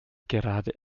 gerade